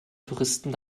touristen